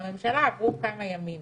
בממשלה עברו כמה ימים.